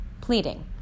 pleading